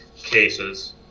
cases